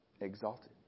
exalted